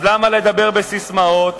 אז למה לדבר בססמאות